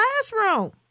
classroom